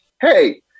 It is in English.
Hey